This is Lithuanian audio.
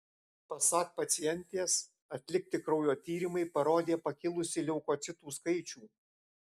pasak pacientės atlikti kraujo tyrimai parodė pakilusį leukocitų skaičių